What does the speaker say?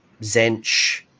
Zench